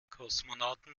kosmonauten